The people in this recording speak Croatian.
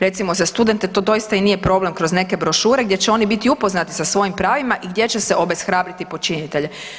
Recimo za studente to doista i nije problem kroz neke brošure gdje će oni biti upoznati sa svojim pravima i gdje će se obeshrabriti počinitelje.